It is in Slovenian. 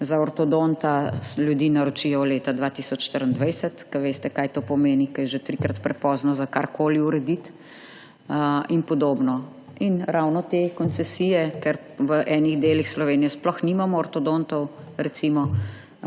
za ortodonta ljudi naročijo leta 2024, kar veste kaj to pomeni, ko je že trikrat prepozno za karkoli urediti in podobno. In ravno te koncesije, ker v enih delih Slovenije sploh nimamo ortodontov recimo